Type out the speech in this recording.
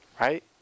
Right